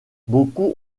beaucoup